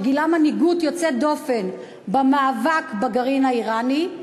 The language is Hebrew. שגילה מנהיגות יוצאת דופן במאבק בגרעין האיראני.